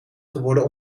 geworden